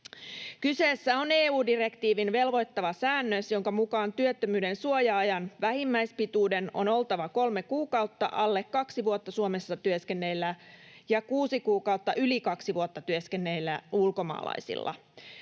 Kyseessä on EU-direktiivin velvoittava säännös, jonka mukaan työttömyyden suoja-ajan vähimmäispituuden on oltava kolme kuukautta alle kaksi vuotta Suomessa työskennelleillä ja kuusi kuukautta yli kaksi vuotta työskennelleillä ulkomaalaisilla.